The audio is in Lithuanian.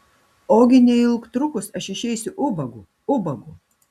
ogi neilgtrukus aš išeisiu ubagu ubagu